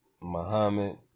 Muhammad